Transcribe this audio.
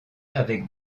avec